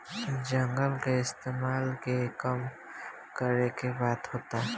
जंगल के इस्तेमाल के कम करे के बात होता